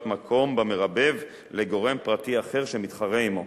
מקום" במרבב לגורם פרטי אחר שמתחרה עמו.